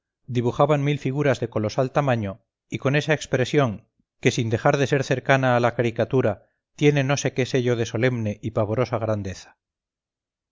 dibujaban mil figuras de colosal tamaño y con esa expresión que sin dejar de ser cercana a la caricatura tiene no sé qué sello de solemne y pavorosa grandeza